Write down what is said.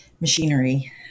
machinery